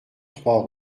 trois